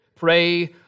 Pray